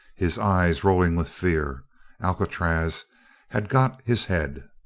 his eyes rolling with fear alcatraz had got his head.